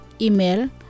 Email